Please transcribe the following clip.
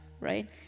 right